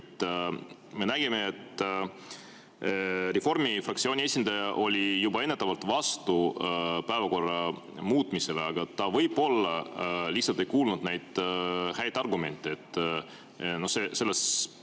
Me nägime, et reformi fraktsiooni esindaja oli juba ennetavalt vastu päevakorra muutmisele, aga ta võib-olla lihtsalt ei kuulnud neid häid argumente.